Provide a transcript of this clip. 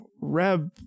reb